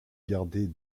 gardait